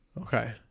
Okay